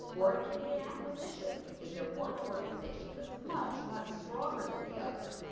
or it can be an acquisition. is there one organization that's much, much stronger than the other,